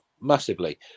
massively